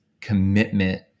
commitment